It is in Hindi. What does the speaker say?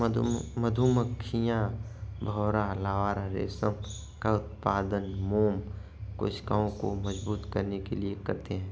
मधुमक्खियां, भौंरा लार्वा रेशम का उत्पादन मोम कोशिकाओं को मजबूत करने के लिए करते हैं